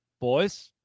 Boys